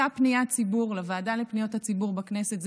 אותה פניית ציבור לוועדה לפניות הציבור בכנסת היא